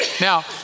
Now